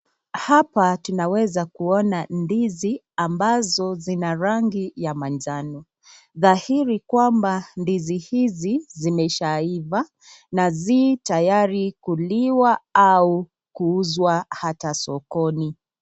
Hapa tunaweza kuona ndizi ambazo zina rangi ya manjano, dhahiri kwamba ndizi hizi zimeshaaiva, na zi tayari kuliwa au hata kuuzwa sokoni.